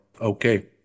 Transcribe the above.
okay